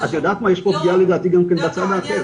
יש פגיעה גם בצד השני,